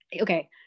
okay